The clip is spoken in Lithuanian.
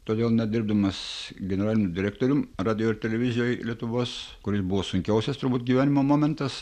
todėl net dirbdamas generaliniu direktorium radijo ir televizijoj lietuvos kuri buvo sunkiausias turbūt gyvenimo momentas